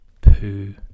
poo